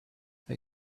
they